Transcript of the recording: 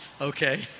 okay